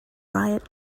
riot